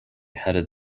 headed